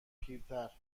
پیرتر